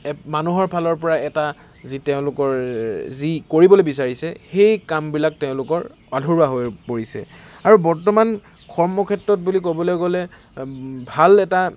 মানুহৰ ফালৰপৰা এটা যি তেওঁলোকৰ যি কৰিবলৈ বিচাৰিছে সেই কামবিলাক তেওঁলোকৰ আধৰুৱা হৈ পৰিছে আৰু বৰ্তমান কৰ্মক্ষেত্ৰত বুলি ক'বলৈ গ'লে ভাল এটা